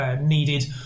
needed